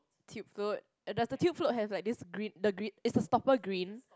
tube float does the tube float has like this green the green is the stopper green